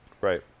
Right